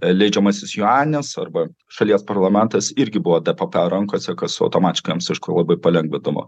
leidžiamasis juanis arba šalies parlamentas irgi buvo d p p rankose kas automatiškai jiems aišku labai palengvindavo